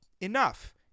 enough